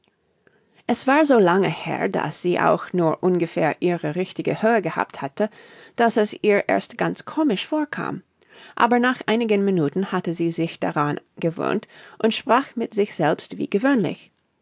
es war so lange her daß sie auch nur ungefähr ihre richtige höhe gehabt hatte daß es ihr erst ganz komisch vorkam aber nach einigen minuten hatte sie sich daran gewöhnt und sprach mit sich selbst wie gewöhnlich